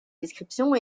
descriptions